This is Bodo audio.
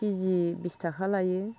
केजि बिस थाखा लायो